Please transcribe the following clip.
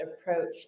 approach